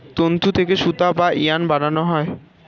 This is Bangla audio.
তন্তু থেকে সুতা বা ইয়ার্ন বানানো হয়